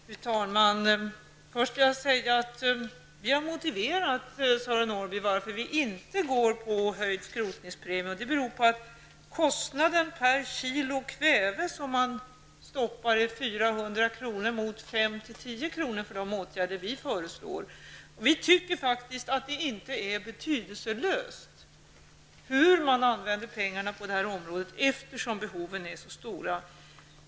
Fru talman! Först skall jag säga att vi har motiverat, Sören Norrby, varför vi inte föreslår höjd skrotningspremie. Det beror på att kostnaden per kilo kväve som man stoppar är 400 kr. mot 5-- 10 kr. för de åtgärder vi föreslår. Vi tycker faktiskt inte att det är betydelselöst hur man använder pengarna på miljöområdet eftersom behoven är så stora.